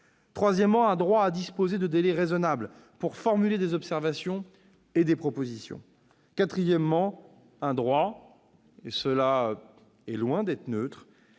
troisièmement, un droit à disposer de délais raisonnables pour formuler des observations et des propositions ; quatrièmement, et cela est loin d'être neutre,